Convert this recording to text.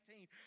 2018